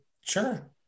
Sure